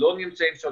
הם לא נמצאים שם,